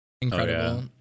Incredible